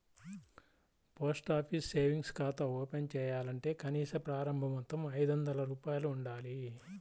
post office savings ఖాతా open చేయాలంటే కనీస ప్రారంభ మొత్తం ఐదొందల రూపాయలు ఉండాలి